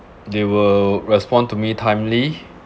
they will respond to me timely